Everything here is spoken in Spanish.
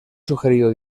sugerido